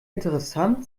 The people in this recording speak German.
interessant